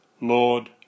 Lord